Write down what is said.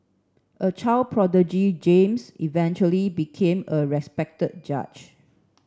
a child prodigy James eventually became a respected judge